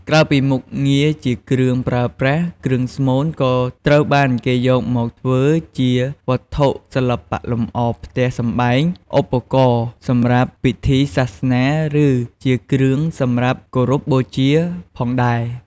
ក្រៅពីមុខងារជាគ្រឿងប្រើប្រាស់ គ្រឿងស្មូនក៏ត្រូវបានគេយកមកធ្វើជាវត្ថុសិល្បៈលម្អផ្ទះសម្បែង ឧបករណ៍សម្រាប់ពិធីសាសនា ឬជាគ្រឿងសម្រាប់គោរពបូជាផងដែរ។